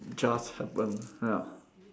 just happened ah